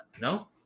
No